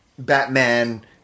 Batman